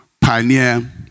pioneer